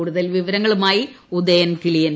കൂടുതൽ വിവരങ്ങളുമായി ഉദയൻ കിളിയന്നൂർ